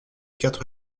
quatre